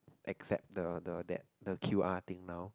accept the the that the Q_R thing now